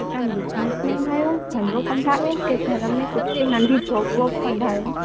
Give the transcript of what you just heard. त तव्हां businessman आहियो धंधो कंदा आहियो की घर में कुझु नंढी जॉब वॉब कंदा आहियो